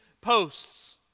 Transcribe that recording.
posts